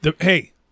Hey